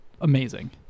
Amazing